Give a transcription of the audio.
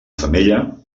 femella